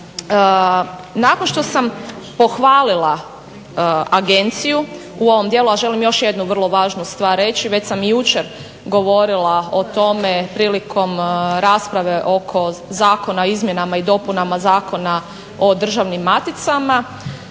Nakon što sam pohvalila agenciju u ovom dijelu, a želim još jednu vrlo važnu stvar reći, već sam jučer govorila o tome prilikom rasprave oko Zakona o izmjenama i dopunama Zakona o Državnim maticama